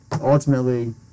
ultimately